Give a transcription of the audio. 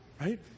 right